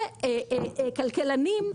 שכלכלנים,